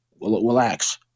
Relax